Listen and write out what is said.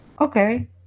okay